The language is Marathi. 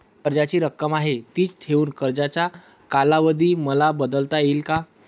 कर्जाची रक्कम आहे तिच ठेवून कर्जाचा कालावधी मला बदलता येईल का?